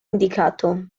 indicato